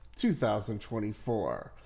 2024